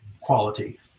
quality